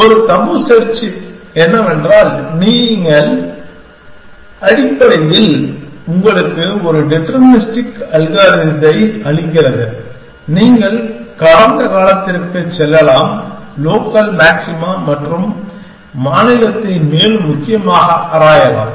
மேலும் tabu search என்னவென்றால் நீஇது அடிப்படையில் உங்களுக்கு ஒரு டிட்டர்மினிஸ்டிக் மெக்கானிசத்தை அளிக்கிறது நீங்கள் கடந்த காலத்திற்கு செல்லலாம் லோக்கல் மாக்சிமா மற்றும் மாநிலத்தை மேலும் முக்கியமாக ஆராயலாம்